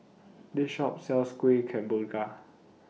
This Shop sells Kuih Kemboja